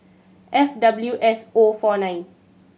F W S O four nine